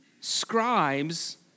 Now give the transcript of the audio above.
scribes